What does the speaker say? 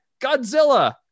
Godzilla